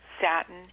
satin